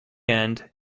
end